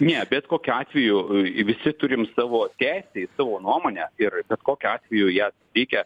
ne bet kokiu atveju visi turim savo teisę į savo nuomonę ir bet kokiu atveju ją reikia